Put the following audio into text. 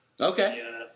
Okay